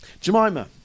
Jemima